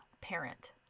parent